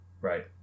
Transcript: right